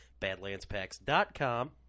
badlandspacks.com